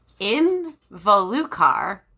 involucar